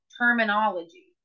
terminology